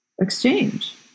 exchange